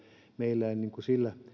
meillä ei sillä